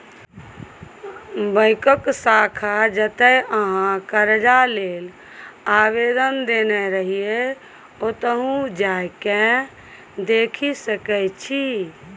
बैकक शाखा जतय अहाँ करजा लेल आवेदन देने रहिये ओतहु जा केँ देखि सकै छी